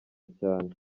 cyane